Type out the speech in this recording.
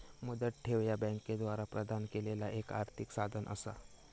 मुदत ठेव ह्या बँकांद्वारा प्रदान केलेला एक आर्थिक साधन असा